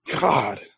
God